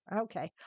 Okay